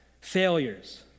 failures